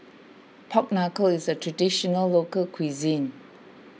Pork Knuckle is a Traditional Local Cuisine